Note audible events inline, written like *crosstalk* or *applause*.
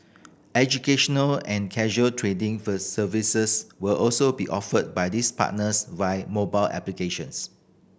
educational and casual trading *unintelligible* services will also be offered by this partners via mobile applications